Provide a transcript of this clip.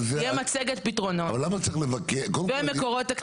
תהיה מצגת פתרונות ומקורות תקציביים.